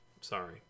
sorry